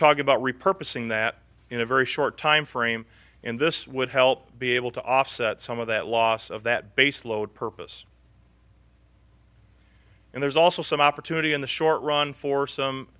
talk about repurposing that in a very short time frame and this would help be able to offset some of that loss of that base load purpose and there's also some opportunity in the short run for some